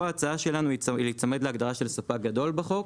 ההצעה שלנו היא להיצמד להגדרה של ספק גדול בחוק.